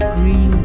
green